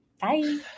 Bye